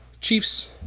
Chiefs